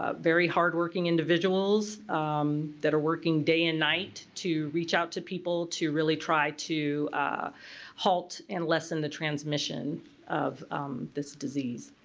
ah very hardworking individuals that are working day and night to reach out to people to really try to halt and lessen the transmission of this disease.